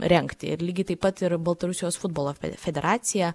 rengti ir lygiai taip pat ir baltarusijos futbolo federacija